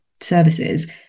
services